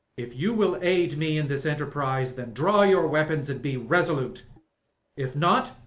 if you will aid me in this enterprise, then draw your weapons and be resolute if not,